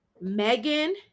Megan